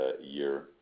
year